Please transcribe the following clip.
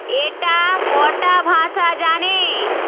এটা কটা ভাষা জানে